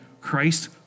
Christ